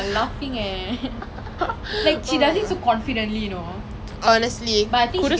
oh my god one did you know one of my favourite people on TikTok is gianna